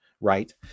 right